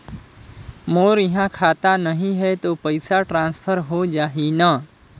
मोर इहां खाता नहीं है तो पइसा ट्रांसफर हो जाही न?